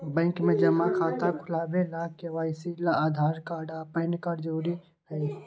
bank में जमा खाता खुलावे ला के.वाइ.सी ला आधार कार्ड आ पैन कार्ड जरूरी हई